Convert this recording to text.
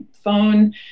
phone